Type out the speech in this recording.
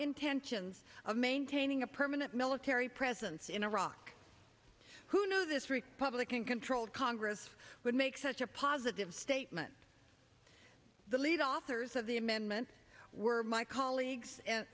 intentions of maintaining a permanent military presence in iraq who know this republican controlled congress would make such a positive statement the lead authors of the amendment were my colleagues